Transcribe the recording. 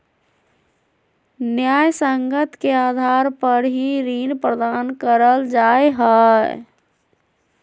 न्यायसंगत के आधार पर ही ऋण प्रदान करल जा हय